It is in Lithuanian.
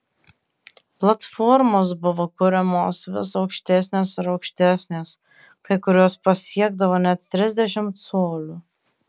platformos buvo kuriamos vis aukštesnės ir aukštesnės kai kurios pasiekdavo net trisdešimt colių